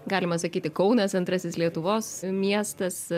galima sakyti kaunas antrasis lietuvos miestas